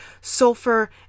sulfur